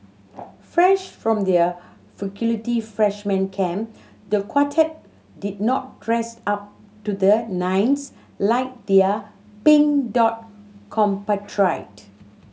fresh from their faculty freshman camp the quartet did not dress up to the nines like their Pink Dot compatriot